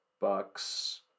Bucks